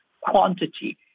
quantity